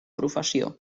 professió